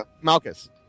Malchus